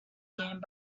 gained